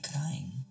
crying